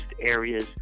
areas